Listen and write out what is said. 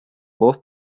both